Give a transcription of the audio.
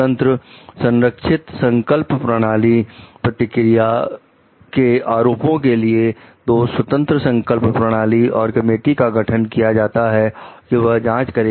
स्वतंत्र संरक्षित संकल्प प्रणाली प्रतिक्रिया के आरोपों के लिए दो स्वतंत्र संकल्प प्रणाली और कमेटी का गठन किया जाता है कि वह जांच करें